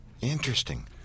Interesting